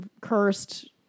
cursed